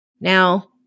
Now